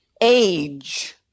age